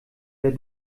der